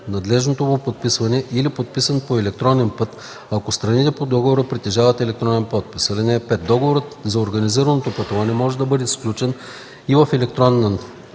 надлежното му подписване, или подписан по електронен път, ако страните по договора притежават електронен подпис. (5) Договорът за организираното пътуване може да бъде сключен и в електронна